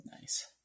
nice